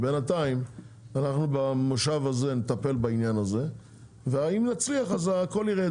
בינתיים אנחנו במושב הזה נטפל בעניין הזה ואם נצליח אז הכול יירד,